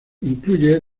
incluye